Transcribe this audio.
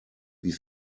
wie